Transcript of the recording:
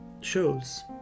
shows